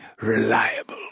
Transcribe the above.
reliable